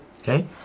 Okay